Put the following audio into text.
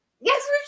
Yes